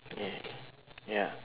yeah ya